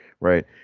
right